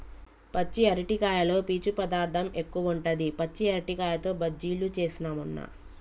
పచ్చి అరటికాయలో పీచు పదార్ధం ఎక్కువుంటది, పచ్చి అరటికాయతో బజ్జిలు చేస్న మొన్న